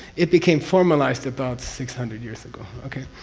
it became formalized about six hundred years ago. okay?